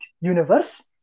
universe